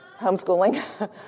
homeschooling